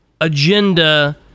agenda